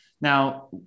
Now